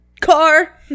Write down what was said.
car